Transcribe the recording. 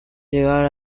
llegar